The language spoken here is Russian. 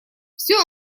все